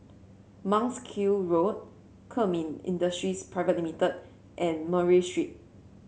Monk's Hill Road Kemin Industries Pte Ltd and Murray Street